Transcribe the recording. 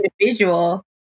individual